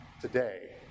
today